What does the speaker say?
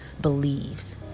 believes